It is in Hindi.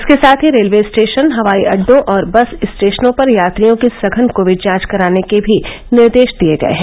इसके साथ ही रेलवे स्टेशन हवाई अड्डों और बस स्टेशनों पर यात्रियों की सघन कोविड जांच कराने के भी निर्देश दिए गए हैं